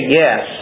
yes